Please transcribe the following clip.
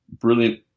brilliant